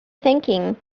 thinking